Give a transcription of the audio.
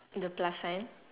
the plus sign